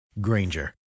Granger